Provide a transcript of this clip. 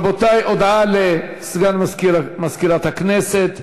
רבותי, הודעה לסגן מזכירת הכנסת.